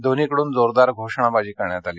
दोन्हीकडुन जोरदार घोषणाबाजी करण्यात आली